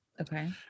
Okay